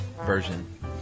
version